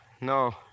No